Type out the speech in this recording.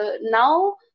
now